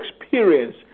experience